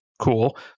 Cool